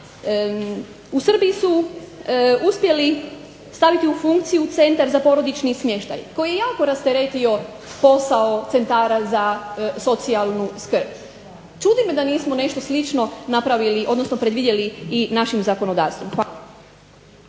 U Srbiji su uspjeli staviti u funkciju Centar za porodični smještaj koji jako rasteretio posao centara za socijalnu skrb. Čudi me da nismo nešto slično predvidjeli našim zakonodavstvom.